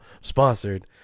Sponsored